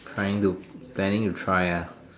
trying to planning to try ah